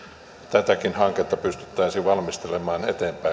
tätäkin hanketta pystyttäisiin valmistelemaan